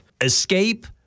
escape